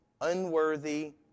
unworthy